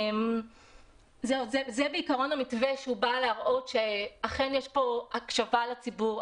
זה בעקרון המתווה שבא להראות שאכן יש פה הקשבה לציבור,